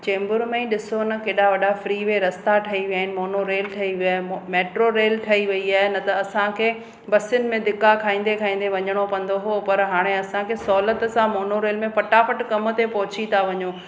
चेंबूर में ई ॾिसो न केॾा वॾा फ्री वे रस्ता ठही विया आहिनि मोनो रेल ठही वियो आहे मेट्रो रेल ठही वई आहे न त असांखे बसियुनि में धीका खाईंदे खाईंदे वञिणो पवंदो हो पर हाणे असांखे सहुलियतु सां मोनो रेल में फटाफट कम ते पहुंची था वञूं